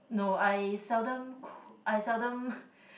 no I seldom cook I seldom